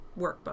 workbook